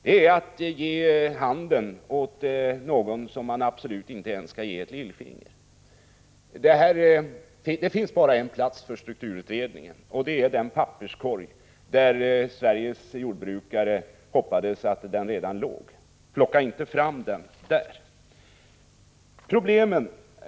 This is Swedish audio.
Det är att ge hela handen åt någon man absolut inte skall räcka ens ett lillfinger. Det finns bara en plats för strukturutredningen, och det är den papperskorg där Sveriges jordbrukare hoppades att utredningen redan låg. Plocka inte fram den därifrån!